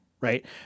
right